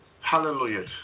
hallelujah